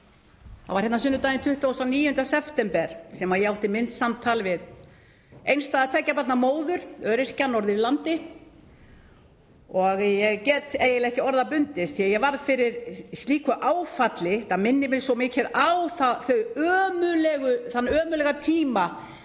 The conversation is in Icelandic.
Það var sunnudaginn 29. september sem ég átti samtal við einstæða tveggja barna móður, öryrkja norður í landi, og ég get eiginlega ekki orða bundist því að ég varð fyrir slíku áfalli. Þetta minnir mig svo mikið á þann ömurlega tíma